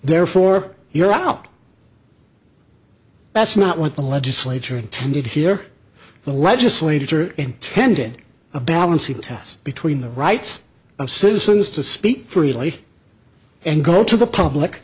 therefore you're out that's not what the legislature intended here the legislature intended a balancing test between the rights of citizens to speak freely and go to the public